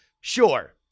sure